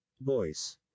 Voice